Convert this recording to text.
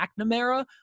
McNamara